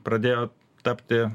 pradėjo tapti